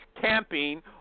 camping